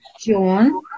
John